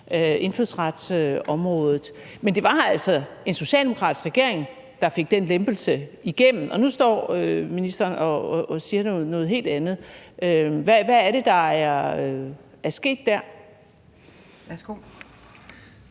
indfødsretsområdet. Men det var altså en socialdemokratisk regering, der fik den lempelse igennem, og nu står ministeren og siger noget helt andet. Hvad er det, der er sket der? Kl.